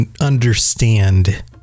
understand